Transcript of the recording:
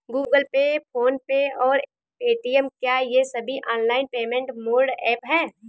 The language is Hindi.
गूगल पे फोन पे और पेटीएम क्या ये सभी ऑनलाइन पेमेंट मोड ऐप हैं?